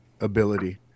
ability